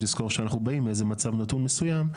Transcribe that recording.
תזכור שאנחנו באים מאיזה מצב נתון מסוים.